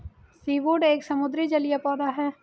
seaweed एक समुद्री जलीय पौधा है